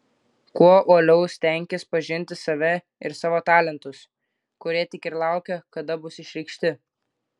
kuo uoliau stenkis pažinti save ir savo talentus kurie tik ir laukia kada bus išreikšti